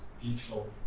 beautiful